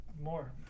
more